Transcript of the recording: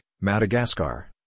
Madagascar